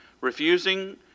refusing